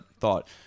thought